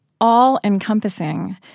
all-encompassing